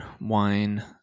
wine